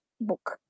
book